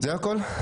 בסדר.